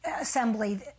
Assembly